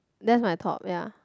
that's my top ya